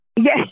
Yes